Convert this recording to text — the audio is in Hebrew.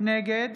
נגד